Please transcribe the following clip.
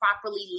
properly